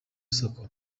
sacco